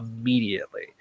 immediately